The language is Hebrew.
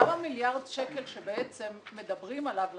גם מיליארד השקלים שמדברים עליו,